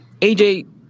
AJ